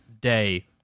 day